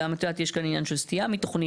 יש כאן גם עניין של סטייה מתוכנית,